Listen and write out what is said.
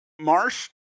Marsh